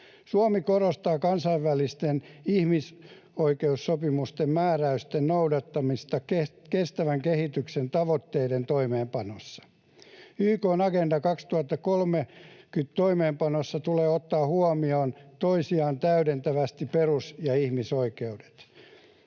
Suomi korostaa kansainvälisten ihmisoikeussopimusten määräysten noudattamista kestävän kehityksen tavoitteiden toimeenpanossa. YK:n Agenda 2030 ‑ohjelman toimeenpanossa tulee ottaa huomioon toisiaan täydentävästi perus‑ ja ihmisoikeudet,